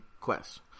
quest